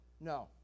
no